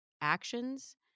actions